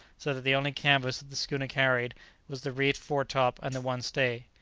so that the only canvas that the schooner carried was the reefed fore-top and the one stay.